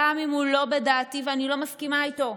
גם אם הוא לא בדעתי ואני לא מסכימה איתו,